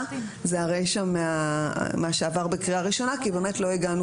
היא הרישה כפי שעברה בקריאה ראשונה כי באמת לא הגענו